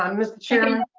um mr. chairman?